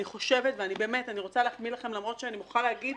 אני רוצה להחמיא לכם, למרות שאני מוכרחה להגיד